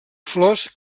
flors